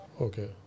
Okay